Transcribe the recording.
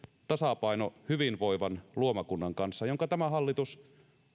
tasapaino hyvinvoivan luomakunnan kanssa minkä tämä hallitus